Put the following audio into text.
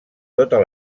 totes